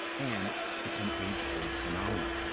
and it's an age-old phenomenon.